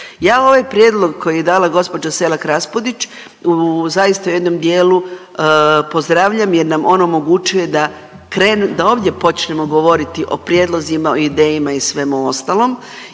Ja ovaj prijedlog koji je dala gospođa Selak Raspudić zaista u jednom dijelu pozdravljam jer nam on omogućuje da ovdje počnemo govoriti o prijedlozima, o idejama i svemu ostalom,